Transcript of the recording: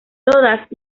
todas